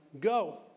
Go